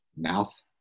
mouth